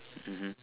mmhmm